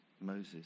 Moses